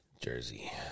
Jersey